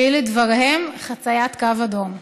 שהיא לדבריהם חציית קו אדום.